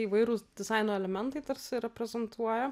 įvairūs dizaino elementai tarsi reprezentuoja